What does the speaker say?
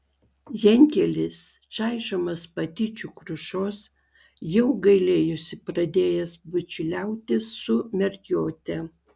jankelis čaižomas patyčių krušos jau gailėjosi pradėjęs bičiuliautis su mergiote